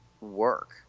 work